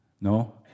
No